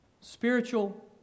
spiritual